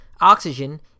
oxygen